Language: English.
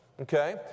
Okay